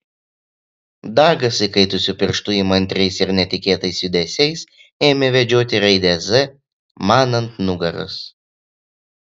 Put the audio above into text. dagas įkaitusiu pirštu įmantriais ir netikėtais judesiais ėmė vedžioti raidę z man ant nugaros